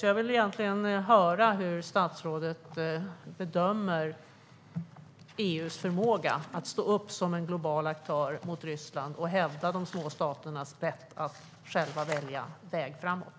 Jag skulle vilja höra hur statsrådet bedömer EU:s förmåga att stå upp som en global aktör mot Ryssland och hävda de små staternas rätt att själva välja väg framåt.